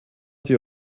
sie